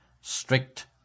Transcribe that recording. strict